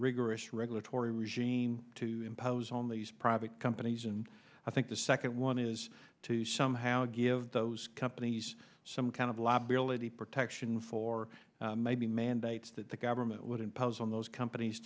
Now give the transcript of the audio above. regulatory regime to impose on these private companies and i think the second one is to somehow give those companies some kind of liability protection for maybe mandates that the government would impose on those companies